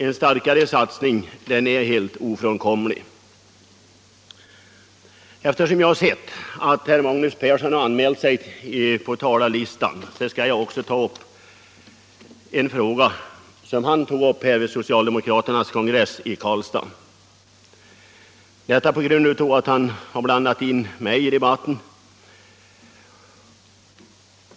En starkare satsning är helt ofrånkomlig. Eftersom jag sett att herr Magnus Persson i Karlstad anmält sig på talarlistan skall jag säga några ord i en fråga som han tog upp vid socialdemokraternas kongress i Karlstad — detta på grund av att han har blandat in mig i debatten.